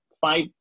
five